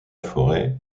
forêt